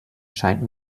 scheint